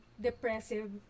Depressive